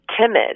timid